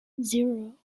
zero